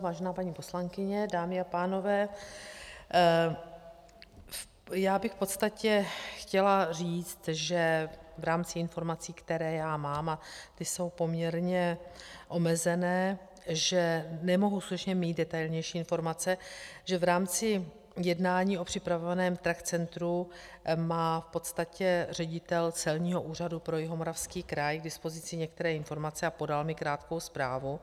Vážená paní poslankyně, dámy a pánové, v podstatě bych chtěla říct, že v rámci informací, které já mám, a ty jsou poměrně omezené, že nemohu skutečně mít detailnější informace, že v rámci jednání o připravovaném truck centru má v podstatě ředitel Celního úřadu pro Jihomoravský kraj k dispozici některé informace a podal mi krátkou zprávu.